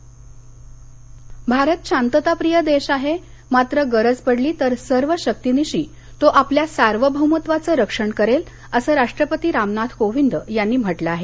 राष्ट्रपती भारत शांतताप्रिय देश आहे मात्र गरज पडली तर सर्व शक्तीनिशी तो आपल्या सार्वभौमत्त्वाचं रक्षण करेल असं राष्ट्रपती रामनाथ कोविंद यांनी म्हटलं आहे